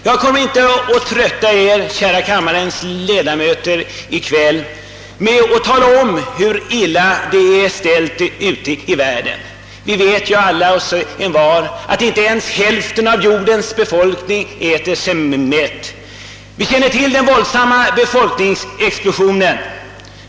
Jag kommer därför inte att trötta er, kära kammarledamöter, med att närmare beskriva hur illa ställt det är ute i världen. Vi vet alla och envar att inte ens hälften av jordens befolkning äter sig mätt. Vi känner till den våldsamma befolkningsexplosionen.